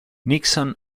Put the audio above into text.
nixon